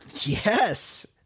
Yes